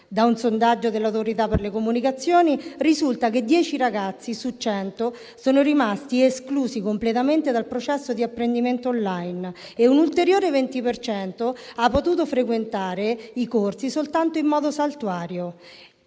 Da un sondaggio dell'Autorità per le comunicazioni risulta che 10 ragazzi su 100 sono rimasti completamente esclusi dal processo di apprendimento *online* e un ulteriore 20 per cento ha potuto frequentare i corsi soltanto in modo saltuario